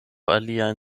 aliajn